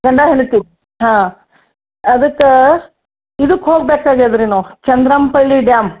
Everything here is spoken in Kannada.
ಗಂಡ ಹೆಂಡತಿ ಹಾಂ ಅದಕ್ಕೆ ಇದಕ್ ಹೋಗ್ಬೇಕು ಆಗ್ಯಾದೆ ರೀ ನಾವು ಚಂದ್ರಂಪಳ್ಳಿ ಡ್ಯಾಮ್